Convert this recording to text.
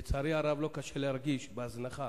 לצערי הרב, לא קשה להרגיש בהזנחה